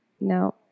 No